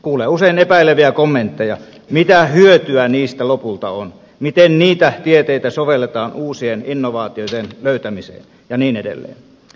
kuulee usein epäileviä kommentteja mitä hyötyä niistä lopulta on miten niitä tieteitä sovelletaan uusien innovaatioiden löytämiseen ja niin edelleen